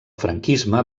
franquisme